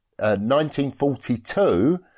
1942